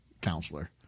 counselor